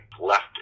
left